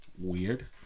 weird